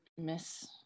Miss